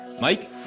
mike